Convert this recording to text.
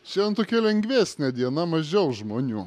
šiandien tokia lengvesnė diena mažiau žmonių